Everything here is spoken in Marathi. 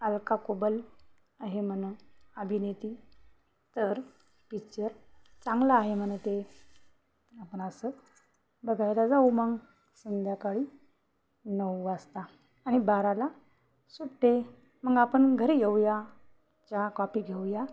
अलका कुबल आहे म्हणा अभिनेती तर पिच्चर चांगलं आहे म्हणे ते आपणास बघायला जाऊ मग संध्याकाळी नऊ वाजता आणि बाराला सुटते मग आपण घरी येऊया चहा कॉपी घेऊया